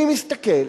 אני מסתכל,